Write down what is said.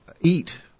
eat